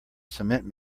cement